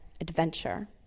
adventure